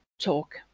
talk